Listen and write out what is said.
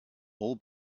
all